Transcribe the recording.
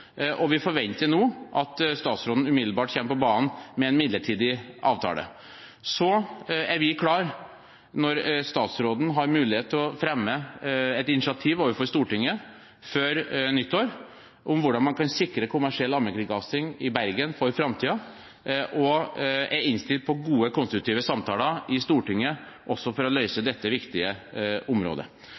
og vi forventer nå at statsråden umiddelbart kommer på banen med en midlertidig avtale. Så er vi klare når statsråden har mulighet til å fremme et initiativ overfor Stortinget, før nyttår, om hvordan man kan sikre kommersiell allmennkringkasting i Bergen for framtiden, og vi er innstilt på gode, konstruktive samtaler i Stortinget for å finne løsninger også på dette viktige området.